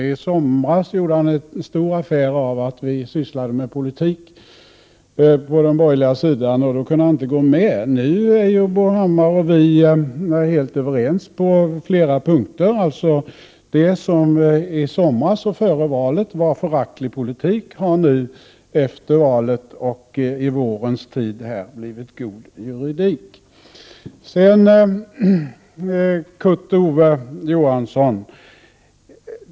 I somras gjorde han stor affär av att vi på den borgerliga sidan sysslade med politik. Då kunde han inte gå med. Nu är Bo Hammar och vi helt överens på flera punkter. Det som i somras, före valet, var föraktlig politik har nu efter valet och i vårens tid alltså blivit god juridik. Kurt Ove Johansson!